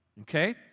Okay